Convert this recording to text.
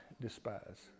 despise